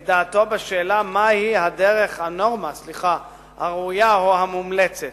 את דעתו בשאלה מהי הנורמה הראויה או המומלצת.